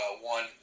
one